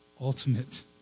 ultimate